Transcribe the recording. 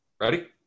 Ready